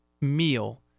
meal